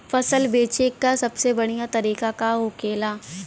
फसल बेचे का सबसे बढ़ियां तरीका का होखेला?